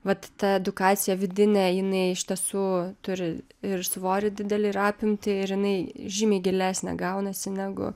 vat ta edukacija vidinė jinai iš tiesų turi ir svorį didelį ir apimtį ir jinai žymiai gilesnė gaunasi negu